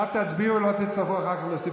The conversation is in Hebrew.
תצביעו עכשיו, לא תצטרכו אחר כך להוסיף